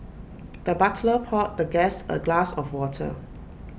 the butler poured the guest A glass of water